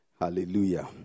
Hallelujah